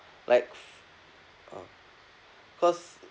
like f~ uh cause